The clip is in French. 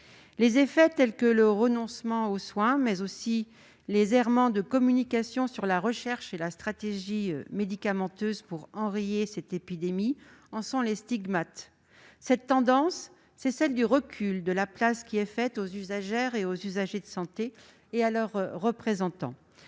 ces derniers mois. Le renoncement aux soins, mais aussi les errements de communication sur la recherche et la stratégie médicamenteuse pour enrayer cette épidémie en sont les stigmates. Cette tendance, c'est le recul de la place accordée aux usagers de santé et à leurs représentants.